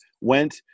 went